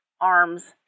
arms